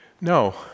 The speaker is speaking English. No